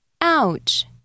Ouch